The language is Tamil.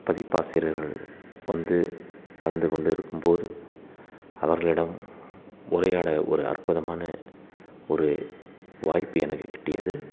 பதிப்பாசிரியர்கள் வந்து கலந்து கொண்டு இருக்கும் போது அவர்களிடம் உரையாட ஒரு அற்புதமான ஒரு வாய்ப்பு எனக்கு கிட்டியது